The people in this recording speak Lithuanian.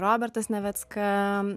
robertas navicka